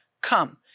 come